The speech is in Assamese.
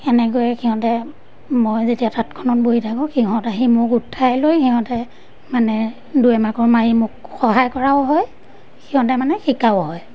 এনেকৈয়ে সিহঁতে মই যেতিয়া তাঁতখনত বহি থাকোঁ সিহঁত আহি মোক উঠাই লৈ সিহঁতে মানে দুই এমাকোৰ মাৰি মোক সহায় কৰাও হয় সিহঁতে মানে শিকাও হয়